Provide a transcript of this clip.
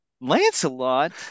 Lancelot